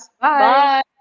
Bye